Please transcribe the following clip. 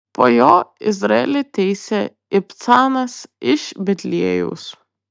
po jo izraelį teisė ibcanas iš betliejaus